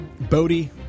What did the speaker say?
bodhi